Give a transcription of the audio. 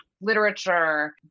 literature